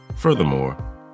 Furthermore